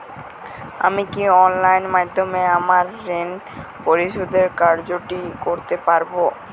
আমি কি অনলাইন মাধ্যমে আমার ঋণ পরিশোধের কাজটি করতে পারব?